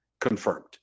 confirmed